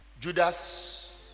Judas